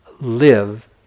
live